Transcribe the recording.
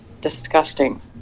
disgusting